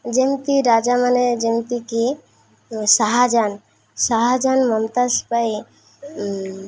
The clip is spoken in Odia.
ଯେମିତି ରାଜାମାନେ ଯେମିତିକି ଶାହାଜାହାନ ଶାହାଜାହାନ ମମତାଜ ପାଇଁ